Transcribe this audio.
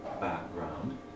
background